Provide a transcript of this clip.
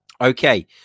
okay